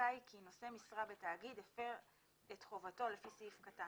חזקה היא כי נושא משרה בתאגיד הפר את חובתו לפי סעיף קטן